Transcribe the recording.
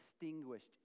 distinguished